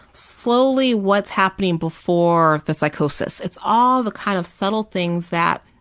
slowly what's happening before the psychosis. it's all the kind of subtle things that